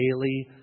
daily